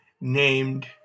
named